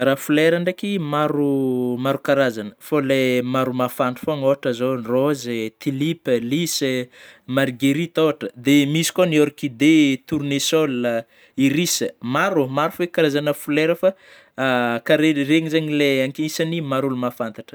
Raha flera ndreiky maro, maro karazagna fô le maro mafantatra fô, ôhatry zao: rôzy, tulipe, lisy, margerita ôhatra, dia misy koa ny orkide, tornesôla, hirisa maro oh, maro karazagny flera fa ka, regny regny zagny le ankisany maro mafantatra.